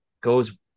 goes